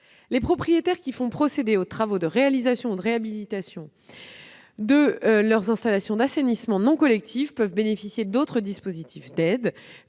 les propriétaires qui font procéder aux travaux de réalisation ou de réhabilitation de leurs installations d'assainissement non collectif peuvent bénéficier d'autres dispositifs d'aides,